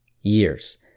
years